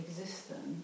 existence